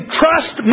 trust